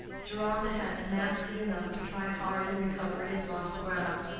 deronda had tenacity enough to try hard and recover his lost ground.